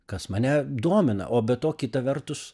kas mane domina o be to kita vertus